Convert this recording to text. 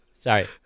Sorry